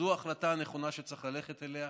זו ההחלטה הנכונה, שצריך ללכת עליה,